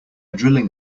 drilling